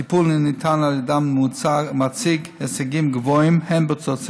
הטיפול הניתן על ידן מציג הישגים גבוהים הן בתוצאות